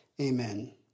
Amen